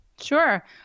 Sure